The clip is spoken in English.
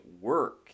work